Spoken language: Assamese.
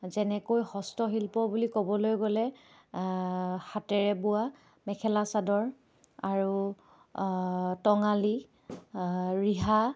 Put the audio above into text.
যেনেকৈ হস্তশিল্প বুলি ক'বলৈ গ'লে হাতেৰে বোৱা মেখেলা চাদৰ আৰু টঙালি ৰিহা